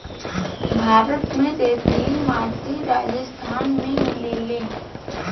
भारत में रेतीली माटी राजस्थान में मिलेला